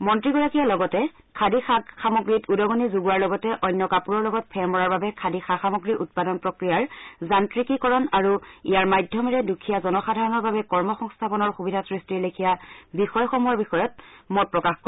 মন্ত্ৰীগৰাকীয়ে লগতে খাদী সা সামগ্ৰীত উদগনি যোগোৱাৰ লগতে অন্য কাপোৰৰ লগত ফেৰ মৰাৰ বাবে খাদী সা সামগ্ৰী উৎপাদন প্ৰক্ৰিয়াৰ যান্ত্ৰিকীকৰণ আৰু ইয়াৰ মাধ্যমেৰে দুখীয়া জনসাধাৰণৰ বাবে কৰ্মসংস্থাপনৰ সুবিধা সৃষ্টিৰ লেখীয়া বিষয়সমূহৰ বিষয়ত মত প্ৰকাশ কৰে